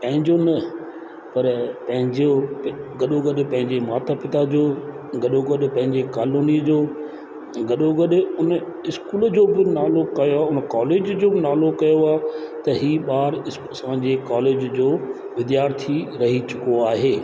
पंहिंजो न पर पंहिंजे गॾो गॾु पंहिंजे माता पिता जो गॾो गॾु पंहिंजे कालोनी जो गॾो गॾु उन स्कूल जो बि नालो कयो कॉलेज जो बि नालो कयो आहे त ई ॿार असांजे कॉलेज जो विद्यार्थी रही चुको आहे